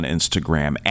Instagram